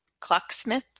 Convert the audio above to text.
clocksmith